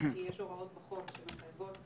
כי יש הוראות בחוק שמחייבות,